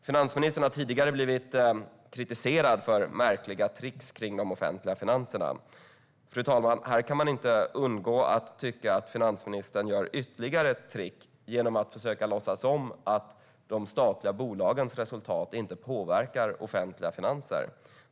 Finansministern har tidigare blivit kritiserad för märkliga trix kring de offentliga finanserna. Här, fru talman, kan man inte undgå att tycka att finansministern gör ytterligare ett trix genom att försöka låtsas som om de statliga bolagens resultat inte påverkar offentliga finanser.